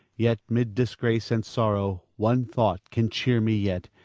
yet, mid disgrace and sorrow, one thought can cheer me yet,